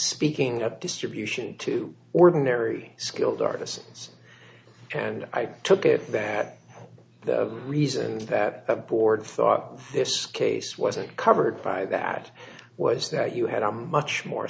speaking of distribution to ordinary skilled artists and i took it that the reason that the board thought this case wasn't covered by that was that you had a much more